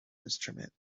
instrument